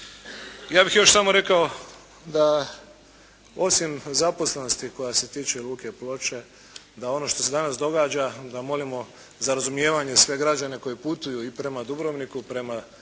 Ja bih još samo rekao da osim zaposlenosti koja se tiče Luke Ploče, da ono što se danas događa da molimo za razumijevanje sve građane koji putuju i prema Dubrovniku i prema